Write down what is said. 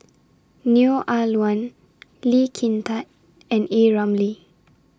Neo Ah Luan Lee Kin Tat and A Ramli